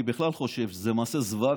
אני בכלל חושב שזה מעשה זוועה.